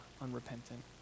unrepentant